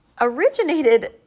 originated